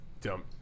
jump